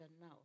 now